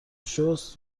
شست